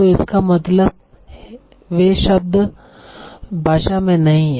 तो इसका मतलब वे शब्द जो भाषा में नहीं हैं